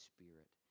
Spirit